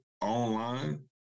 online